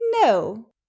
No